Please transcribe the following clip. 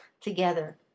together